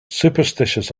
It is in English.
superstitious